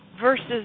versus